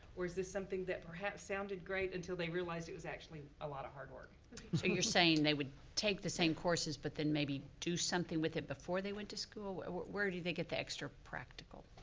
or is this something that perhaps sounded great until they realized it was actually a lot of hard work. so you're saying they would take the same courses, but then maybe do something with it before they went to school? where do they get the extra practical?